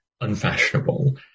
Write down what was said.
unfashionable